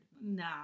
Nah